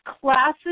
classes